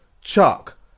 Chuck